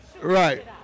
Right